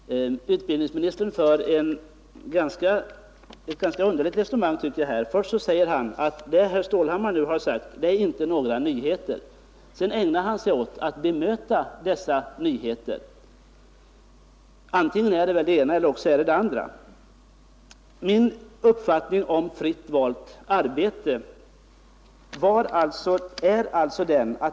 Herr talman! Utbildningsministern för ett ganska underligt resonemang. Först säger han att det herr Stålhammar föreslagit inte är några nyheter. Sedan ägnar han sig åt att bemöta dessa nyheter. Antingen är det väl det ena eller det andra. Några ytterligare ord om fritt valt arbete.